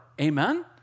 Amen